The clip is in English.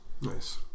Nice